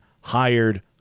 hired